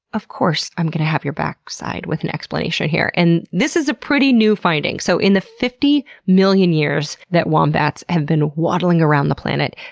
of course i'm going to have your back with an explanation here. and this is a pretty new finding. so in the fifty million years that wombats have been waddling around the planet,